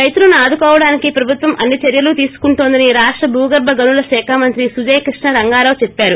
రైతులను ఆదుకోడానికి ప్రభుత్వం అన్ని చర్యలు తీసుకుంటోందని రాష్ట భూగర్ప గనుల శాఖ మంత్రి సుజయ్ కృష్ణ రంగారావు చెప్పారు